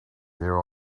there